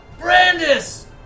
Brandis